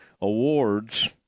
awards